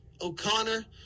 o'connor